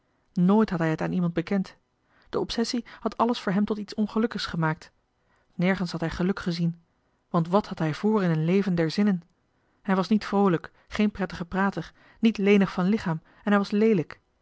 nooit had hij het aan iemand bekend de obsessie had alles voor hem tot iets ongelukkigs gemaakt nergens had hij geluk gezien want wat had hij voor in een leven der zinnen hij was niet vroolijk geen prettige prater niet lenig van lichaam en hij was leelijk